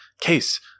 Case